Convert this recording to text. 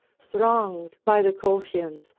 thronged by the colchians,